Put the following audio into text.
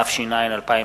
התש”ע 2009,